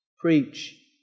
preach